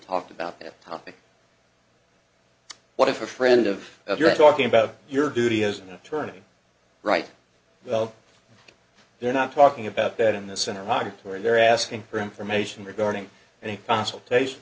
talked about that topic what if a friend of if you're talking about your duty as an attorney right well they're not talking about that in the center right where they're asking for information regarding any consultation